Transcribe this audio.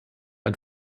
ein